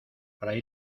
fray